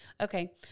Okay